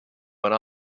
went